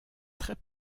très